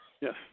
Yes